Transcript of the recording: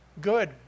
good